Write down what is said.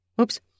Oops